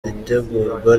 itegurwa